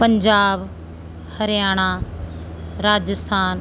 Punjab Haryana Rajasthan